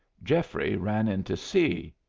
geoffrey ran in to see.